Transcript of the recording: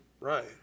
Right